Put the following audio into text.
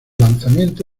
lanzamiento